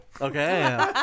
Okay